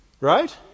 Right